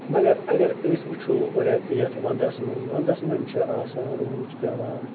مگر اگر أسۍ وٕچھو رٮ۪تہٕ یَتھ وَنٛدَس منٛز وَنٛدَس منٛز چھِ آسان روٗد پٮ۪وان